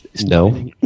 no